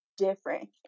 different